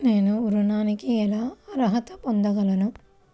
నేను ఋణానికి ఎలా అర్హత పొందగలను?